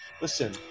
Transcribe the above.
listen